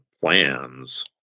plans